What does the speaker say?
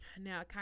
Now